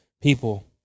people